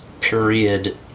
period